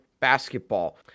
basketball